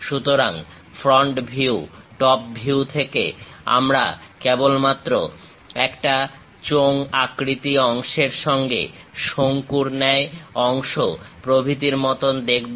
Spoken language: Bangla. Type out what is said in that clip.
সুতরাং ফ্রন্ট ভিউ টপ ভিউ থেকে আমরা কেবলমাত্র একটা চোঙ আকৃতি অংশের সঙ্গে শঙ্কুর ন্যায় অংশ প্রভৃতির মতন দেখতে পাবো